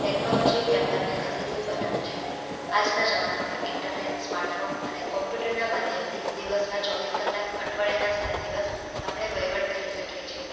technology વ્યાપરને ગતિશીલ બનાવે છે આજના જમાનામાં ઈટરનેટ સ્માર્ટફોન અને કોમ્પુટરનાં માધ્યમથી દિવસના ચોવીસ કલાક અઠવાડિયાના સાત દિવસ આપણે વહીવટ કરી શકીએ છીએ